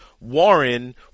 Warren